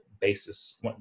basis